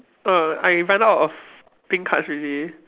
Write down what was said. err I run out of pink cards already